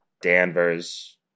Danvers